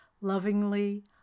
lovingly